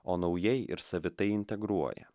o naujai ir savitai integruoja